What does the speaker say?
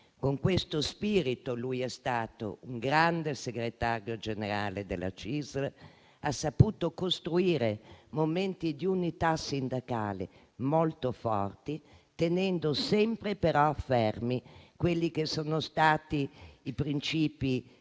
Con questo spirito egli è stato un grande segretario generale della CISL. Ha saputo costruire momenti di unità sindacale molto forti, tenendo sempre però fermi quelli che sono stati i principi